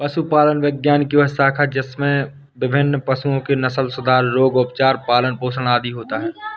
पशुपालन विज्ञान की वह शाखा है जिसमें विभिन्न पशुओं के नस्लसुधार, रोग, उपचार, पालन पोषण आदि होता है